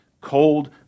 cold